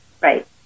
Right